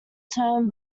term